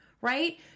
Right